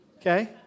okay